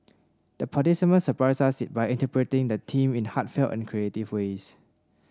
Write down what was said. the participants surprised us by interpreting the theme in heartfelt and creative ways